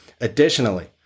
Additionally